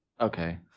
Okay